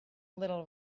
little